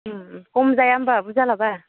खम जाया होनबा बुरजा लाबा